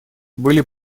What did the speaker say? были